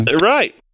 Right